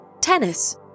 tennis